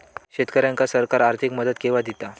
शेतकऱ्यांका सरकार आर्थिक मदत केवा दिता?